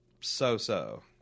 so-so